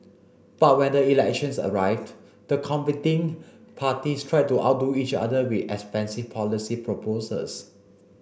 but when the elections arrived the competing parties tried to outdo each other with expensive policy proposals